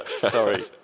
sorry